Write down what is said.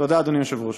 תודה, אדוני היושב-ראש.